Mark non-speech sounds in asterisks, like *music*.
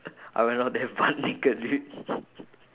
I went out there butt naked dude *laughs*